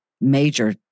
major